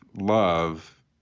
love